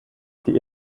die